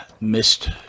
missed